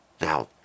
Now